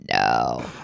no